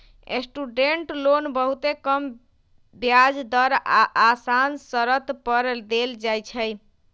student loan बहुते कम ब्याज दर आऽ असान शरत पर देल जाइ छइ